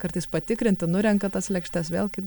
kartais patikrinti nurenka tas lėkštes vėl ki